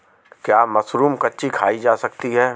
क्या मशरूम कच्ची खाई जा सकती है?